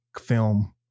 film